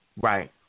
Right